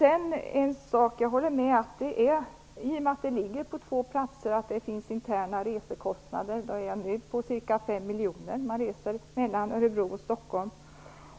I och med att verksamhet är förlagd till två platser finns det interna resekostnader, det håller jag med om. Kostnaderna för resor mellan Örebro och Stockholm ligger nu på ca 5 miljoner.